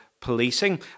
policing